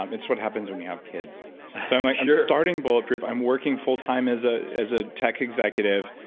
um it's what happens when you have kids, so i'm like and starting bulletproof, i'm working full-time as ah as a tech executive,